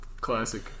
Classic